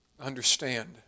understand